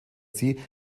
sie